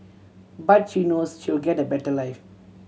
but she knows she'll get a better life